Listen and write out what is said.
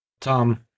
Tom